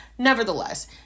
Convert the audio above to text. Nevertheless